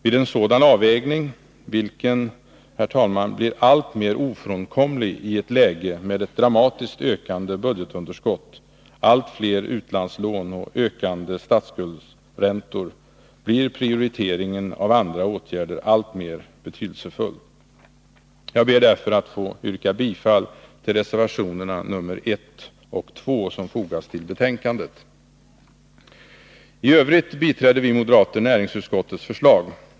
Vid en sådan avvägning — vilken, herr talman, blir alltmer ofrånkomlig i ett läge med ett dramatiskt ökande budgetunderskott, allt fler utlandslån och ökande statsskuldsräntor — blir prioriteringen av andra åtgärder alltmer betydelsefull. Jag ber därför att få yrka bifall till reservationerna nr 1 och 2, som fogats till betänkandet. I övrigt biträder vi näringsutskottets förslag.